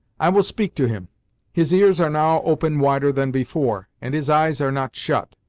i will speak to him his ears are now open wider than before, and his eyes are not shut.